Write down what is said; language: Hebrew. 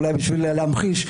אולי בשביל להמחיש.